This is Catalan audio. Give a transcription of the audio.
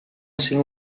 cinc